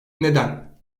neden